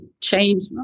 change